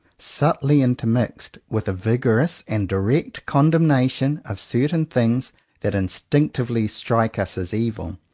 subtly intermixed with a vigorous and direct condemnation of certain things that instinctively strike us as evil,